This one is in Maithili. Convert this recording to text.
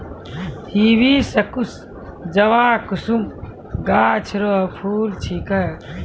हिबिस्कुस जवाकुसुम गाछ रो फूल छिकै